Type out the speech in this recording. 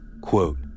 quote